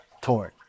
torn